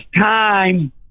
time